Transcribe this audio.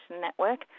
Network